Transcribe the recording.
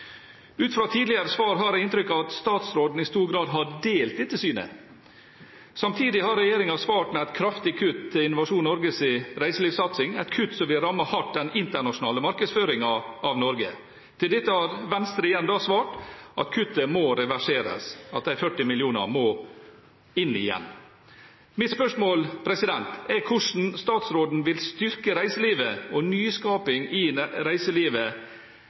Ut fra tidligere svar har jeg inntrykk av at statsråden i stor grad har delt dette synet. Samtidig har regjeringen svart med et kraftig kutt i Innovasjon Norges reiselivssatsing, et kutt som vil ramme den internasjonale markedsføringen av Norge hardt. Til dette har Venstre igjen svart at kuttet må reverseres, at de 40 mill. kr må inn igjen. Mitt spørsmål er hvordan statsråden vil styrke reiselivet og nyskaping i reiselivet